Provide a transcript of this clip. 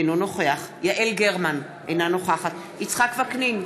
אינו נוכח יעל גרמן, אינה נוכחת יצחק וקנין,